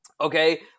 Okay